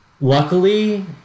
luckily